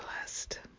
blessed